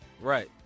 Right